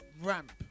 ramp